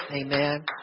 Amen